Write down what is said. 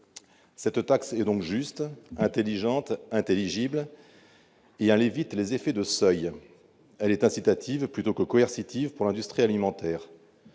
Cette taxe est donc juste, intelligente, intelligible, et elle évite les effets de seuil. Elle est incitative plutôt que coercitive pour l'industrie alimentaire-